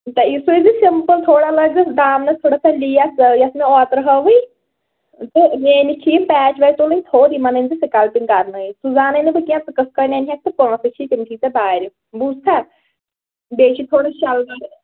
تہٕ یہِ سُویزِ سِمپُل تھوڑا لٲگۍزٮ۪س دامنَس تھوڑا سا لیس یۅس مےٚ اوترٕ ہٲوٕے تہٕ میٛٲنِس چھِ یِم پیچ ویچ تُلٕنۍ تھوٚد یِمن أنۍزِ سکلپِنٛگ کرنٲوِتھ سُہ زانَے نہٕ بہٕ کیٚنٛہہ ژٕ کٕتھٕ کٔنۍ اَنہِ ہٮ۪کھ تہٕ پٲنٛسہٕ چھِی تِم چھِی ژےٚ بارِ بوٗزتھا بیٚیہِ چھِ تھوڑا شلوار